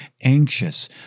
anxious